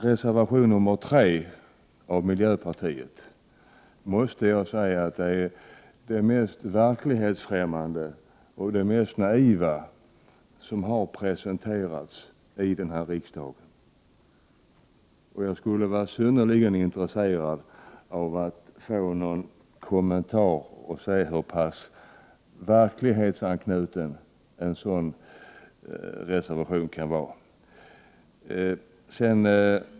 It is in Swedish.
Reservation 3 av miljöpartiet är det mest verklighetsfrämmande och naiva som har presenterats i den här riksdagen. Jag skulle vara synnerligen intresserad av att få någon kommentar för att se hur pass verklighetsanknuten en sådan reservation kan vara.